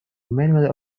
manually